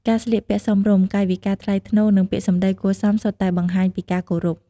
ការស្លៀកពាក់សមរម្យ កាយវិការថ្លៃថ្នូរ និងពាក្យសម្ដីគួរសមសុទ្ធតែបង្ហាញពីការគោរព។